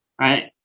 right